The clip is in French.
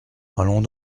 allons